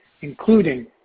including